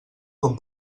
com